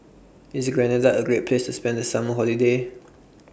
IS Grenada A Great Place to spend The Summer Holiday